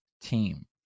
team